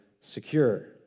secure